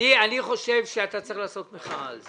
אני חושב שאתה צריך לעשות על זה מחאה,